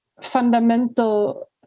fundamental